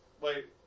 Wait